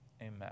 amen